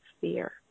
fear